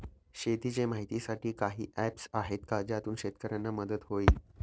शेतीचे माहितीसाठी काही ऍप्स आहेत का ज्यातून शेतकऱ्यांना मदत होईल?